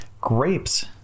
grapes